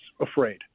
afraid